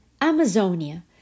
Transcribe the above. Amazonia